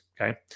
Okay